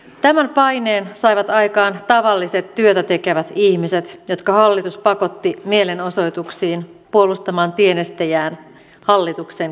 tämän paineen saivat aikaan tavalliset työtä tekevät ihmiset jotka hallitus pakotti mielenosoituksiin puolustamaan tienestejään hallituksen kynsiltä